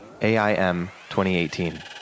AIM2018